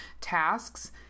tasks